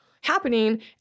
happening